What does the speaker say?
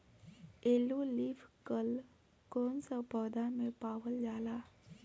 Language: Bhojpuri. येलो लीफ कल कौन सा पौधा में पावल जाला?